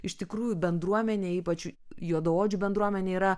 iš tikrųjų bendruomenė ypač juodaodžių bendruomenė yra